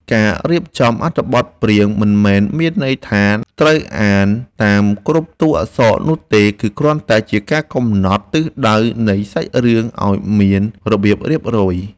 ការរៀបចំអត្ថបទព្រាងមិនមែនមានន័យថាត្រូវអានតាមគ្រប់តួអក្សរនោះទេគឺគ្រាន់តែជាការកំណត់ទិសដៅនៃសាច់រឿងឱ្យមានរបៀបរៀបរយ។